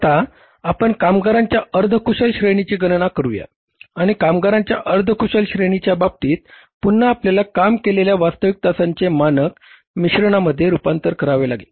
आता आपण कामगारांच्या अर्ध कुशल श्रेणीची गणना करूया आणि कामगारांच्या अर्ध कुशल श्रेणीच्या बाबतीत पुन्हा आपल्याला काम केलेल्या वास्तविक तासांचे मानक मिश्रणामध्ये रूपांतरण करावे लागेल